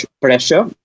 pressure